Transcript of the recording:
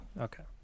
okay